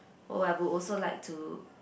oh I would also like to